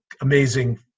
amazing